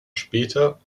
später